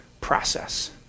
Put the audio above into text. process